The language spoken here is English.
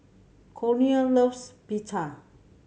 Cornel loves Pita